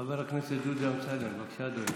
חבר הכנסת דודי אמסלם, בבקשה, אדוני.